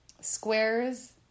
Squares